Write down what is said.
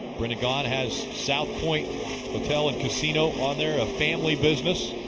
brendan gaughan has south point but and casino on there, a family business.